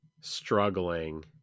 struggling